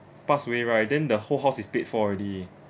pass away right then the whole house is paid for already